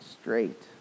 straight